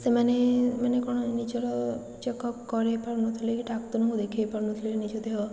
ସେମାନେ ମାନେ କ'ଣ ନିଜର ଚେକ୍ଅପ୍ କରେଇ ପାରୁନଥିଲେ କି ଡାକ୍ତରଙ୍କୁ ଦେଖେଇ ପାରୁନଥିଲେ ନିଜ ଦେହ